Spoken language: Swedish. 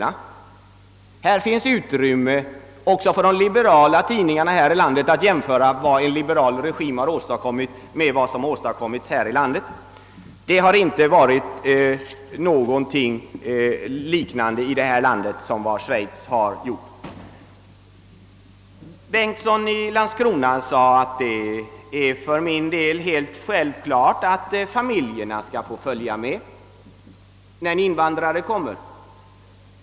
Det borde finnas utrymme också i de liberala tidningarna här i landet att jämföra vad en liberal regim har åstadkommit där, med vad som åstadkommits här. Herr Bengtsson i Landskrona sade, att det för hans del var helt självklart att familjerna skulle få följa med när invandrare kommer hit.